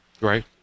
Right